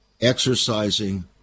exercising